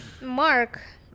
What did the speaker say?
Mark